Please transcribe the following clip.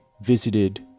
visited